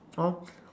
for